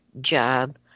job